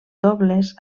dobles